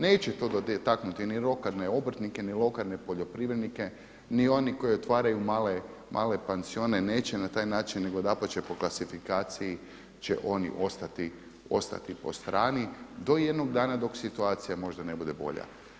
Neće to dotaknuti ni lokalne obrtnike ni lokalne poljoprivrednike ni oni koji otvaraju male pansione neće na taj način nego dapače po klasifikaciji će oni ostati po strani do jednog dana dok situacija možda ne bude bolja.